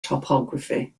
topography